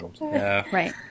Right